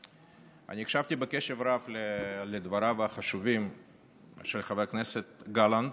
אני הקשבתי בקשב רב לדבריו החשובים של חבר הכנסת גלנט.